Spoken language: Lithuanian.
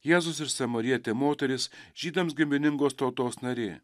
jėzus ir samarietė moteris žydams giminingos tautos narė